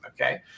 Okay